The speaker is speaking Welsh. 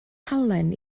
halen